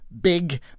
big